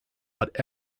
but